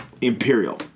Imperial